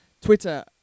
Twitter